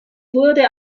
wurde